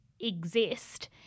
Exist